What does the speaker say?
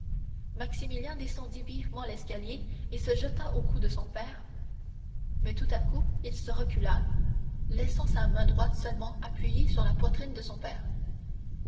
maximilien descendit vivement l'escalier et se jeta au cou de son père mais tout à coup il se recula laissant sa main droite seulement appuyée sur la poitrine de son père